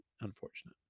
unfortunate